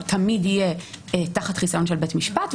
הוא תמיד יהיה תחת חיסיון של בית משפט.